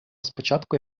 спочатку